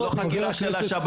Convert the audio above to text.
זה לא חקירה של השב"כ,